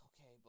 Okay